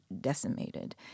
decimated